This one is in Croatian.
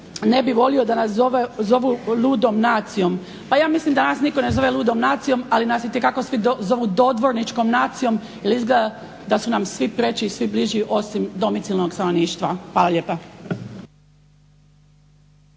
ne bi volio da nas zovu ludom nacijom. Pa ja mislim da nas nitko ne zove ludom nacijom, ali nas itekako svi zovu dodvorničkom nacijom jer izgleda da su nam svi preči i svi bliži osim domicilnog stanovništva. Hvala lijepa.